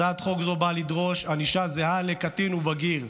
הצעת חוק זו באה לדרוש ענישה זהה לקטין ובגיר,